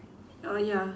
oh ya